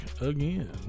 again